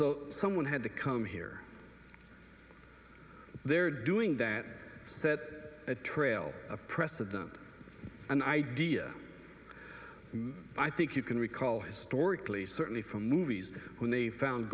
so someone had to come here they're doing that said that a trail a precedent an idea i think you can recall historically certainly from movies when they found